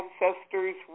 ancestors